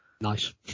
Nice